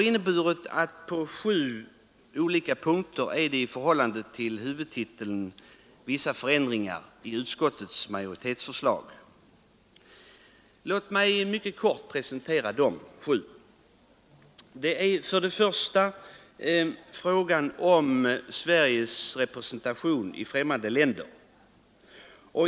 Detta har på sju punkter i utskottsmajoritetens förslag medfört förändringar i förhållande till huvudtiteln. Låt mig mycket kort presentera dessa sju punkter. Det gäller för det första frågan om Sveriges lantbruksrepresentation i främmande länder.